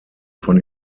von